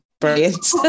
Brilliant